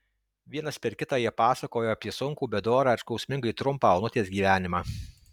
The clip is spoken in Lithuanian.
vienas per kitą jie pasakojo apie sunkų bet dorą ir skausmingai trumpą onutės gyvenimą